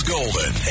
Golden